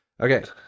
Okay